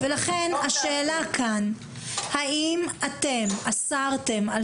ולכן השאלה כאן היא: האם אתם אסרתם על